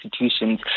institutions